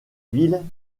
villes